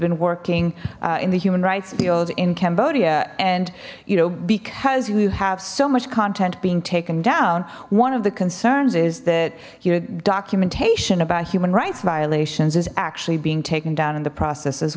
been working in the human rights field in cambodia and you know because you have so much content being taken down one of the concerns is that your documentation about human rights violations is actually being taken down in the process as